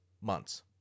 months